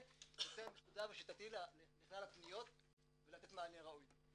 יותר מסודר ושיטתי לכלל הפניות ולתת מענה ראוי.